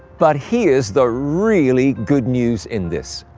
but here's the really good news in this.